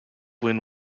win